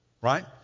right